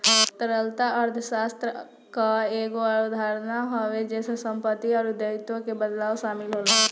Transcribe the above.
तरलता अर्थशास्त्र कअ एगो अवधारणा हवे जेसे समाप्ति अउरी दायित्व के बदलाव शामिल होला